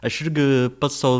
aš irgi pats sau